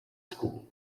school